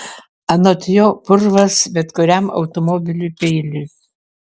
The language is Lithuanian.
anot jo purvas bet kuriam automobiliui peilis